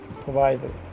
provider